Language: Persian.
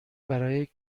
برای